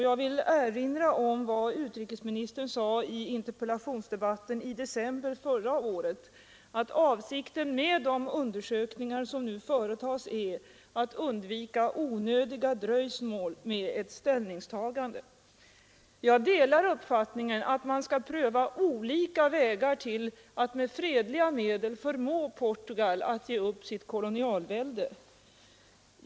Jag vill erinra om vad utrikesministern sade i en interpellationsdebatt i december förra året, att avsikten med de undersökningar som nu företas är att undvika onödiga dröjsmål med ett ställningstagande. Jag delar uppfattningen att man skall pröva olika vägar till att med fredliga medel förmå Portugal att ge upp sitt kolonialvälde.